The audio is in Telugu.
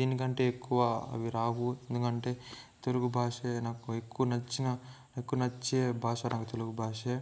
దీనికంటే ఎక్కువ అవి రావు ఎందుకంటే తెలుగు భాషే నాకు ఎక్కువ నచ్చిన ఎక్కువ నచ్చే భాష నా తెలుగు భాషే